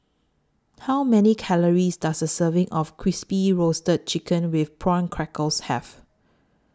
How Many Calories Does A Serving of Crispy Roasted Chicken with Prawn Crackers Have